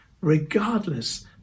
regardless